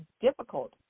difficult